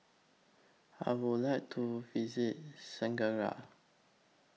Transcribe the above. I Would like to visit